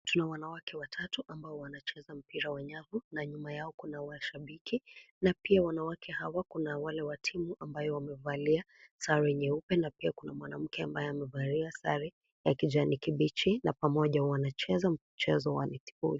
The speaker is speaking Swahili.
Tuna wanawake watatu ambao wanacheza mpira wa nyavu na nyuma yao kuna washabiki na pia wanawake hawa kuna wale wa timu ambayo wamevalia sare nyeupe na pia kuna mwanamke ambaye amevalia sare ya kijani kibichi na pamoja wanacheza mchezo wa netiboli.